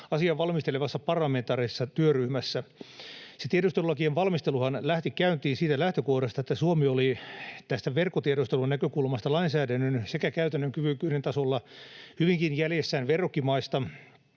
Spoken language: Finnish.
asiaa valmistelevassa parlamentaarisessa työryhmässä. Se tiedustelulakien valmisteluhan lähti käyntiin siitä lähtökohdasta, että Suomi oli tästä verkkotiedustelun näkökulmasta lainsäädännön sekä käytännön kyvykkyyden tasolla hyvinkin jäljessä verrokkimaista